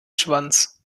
schwanz